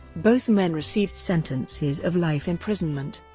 both men received sentences of life imprisonment.